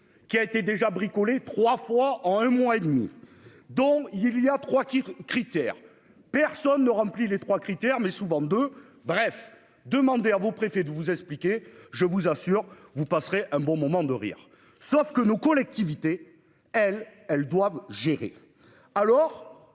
Qui a été déjà bricolé 3 fois en un mois et demi. Donc il y a trois critères. Personne ne remplit les 3 critères mais souvent de bref. Demandez à vos préfet de vous expliquer, je vous assure vous passerez un bon moment de rire. Sauf que nos collectivités elles elles doivent gérer alors.